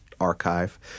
archive